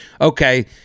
Okay